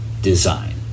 design